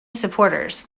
supporters